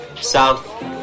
south